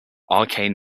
arcane